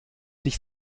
dich